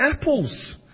apples